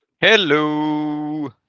Hello